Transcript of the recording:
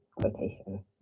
quotation